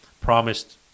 promised